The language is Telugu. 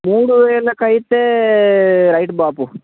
మూడు వేలకైతే రైట్ బాపు